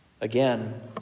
Again